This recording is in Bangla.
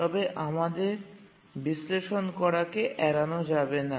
তবে আমাদের বিশ্লেষণ করাকে এড়ানো যাবে না